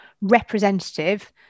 representative